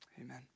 amen